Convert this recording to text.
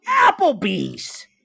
Applebee's